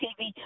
TV